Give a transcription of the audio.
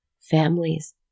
families